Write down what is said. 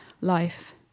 life